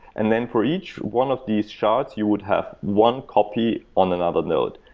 and then, for each one of these shards, you would have one copy on another node.